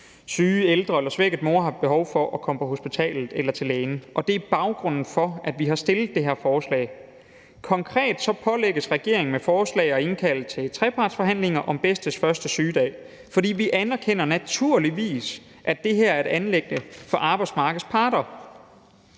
syge ældre eller svækkede mor har behov for at komme på hospitalet eller til lægen. Det er baggrunden for, at vi har fremsat det her forslag. Konkret pålægges regeringen med forslaget at indkalde til trepartsforhandlinger om bedstes første sygedag, fordi vi naturligvis anerkender, at det her er et anliggende for arbejdsmarkedets parter.